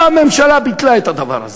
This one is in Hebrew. באה הממשלה, ביטלה את הדבר הזה.